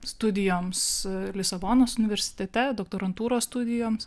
studijoms lisabonos universitete doktorantūros studijoms